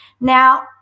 Now